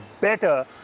better